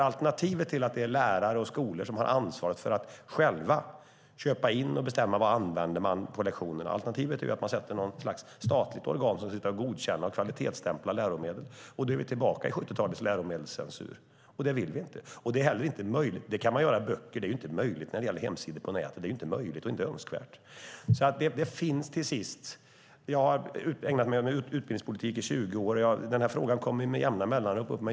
Alternativet till att det är lärare och skolor som har ansvaret för att själva köpa in och bestämma vad de ska använda på lektionerna är att man tillsätter något slags statligt organ som ska godkänna och kvalitetsstämpla läromedel. Då är vi tillbaka till 70-talets läromedelscensur, och det vill vi inte. Det kan man göra när det gäller böcker, men det är inte möjligt och inte önskvärt när det gäller hemsidor på nätet. Jag har ägnat mig åt utbildningspolitik i 20 år, och den här frågan kommer upp med jämna mellanrum.